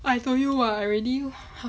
I told you [what] already